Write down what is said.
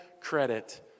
credit